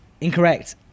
Incorrect